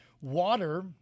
water